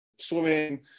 swimming